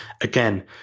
again